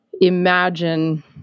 imagine